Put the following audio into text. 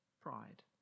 pride